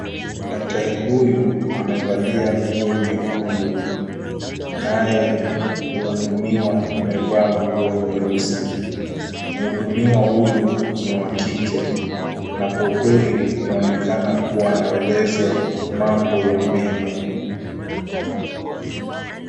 Daktari huyu amevalia nguo nyekundu naye mhudumiwa amevaa nguo nyeusi. Mhudumiwa huyu ni wa kike na kwa kweli yaonekana kuwa anaelezwa mambo ya meno.